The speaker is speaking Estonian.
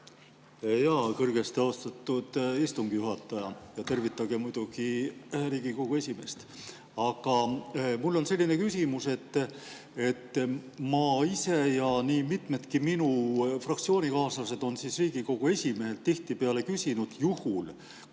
Kõrgesti austatud istungi juhataja! Tervitage muidugi Riigikogu esimeest. Aga mul on selline küsimus. Ma ise ja nii mitmedki minu fraktsioonikaaslased on Riigikogu esimehelt tihtipeale küsinud, juhul